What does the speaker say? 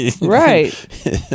Right